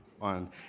on